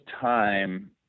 time